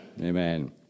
Amen